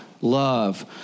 love